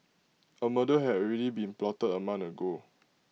A murder had already been plotted A month ago